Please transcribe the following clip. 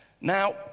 Now